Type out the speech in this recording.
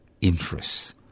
interests